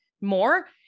More